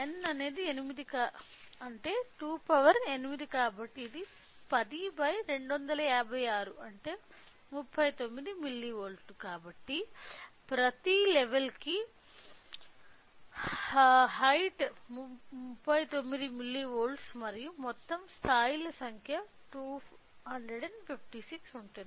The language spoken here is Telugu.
n 8 28 కాబట్టి ఇది 10256 అంటే 39 మిల్లీవోల్ట్ కాబట్టి ప్రతి లెవెల్ హైట్ 39 మిల్లీవోల్ట్ మరియు మొత్తం స్థాయిల సంఖ్య 256 ఉంటుంది